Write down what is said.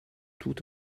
tout